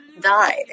died